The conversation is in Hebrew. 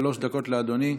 שלוש דקות לאדוני.